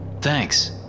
Thanks